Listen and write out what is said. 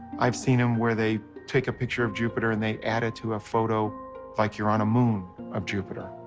i've seen em' where they take a picture of jupiter and they add it to a photo like you're on a moon of jupiter.